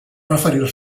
referir